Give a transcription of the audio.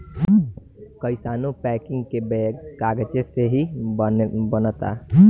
कइसानो पैकिंग के बैग कागजे से ही बनता